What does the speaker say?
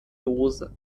dose